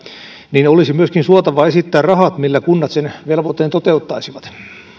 olisi suotavaa myöskin esittää rahat millä kunnat sen velvoitteen toteuttaisivat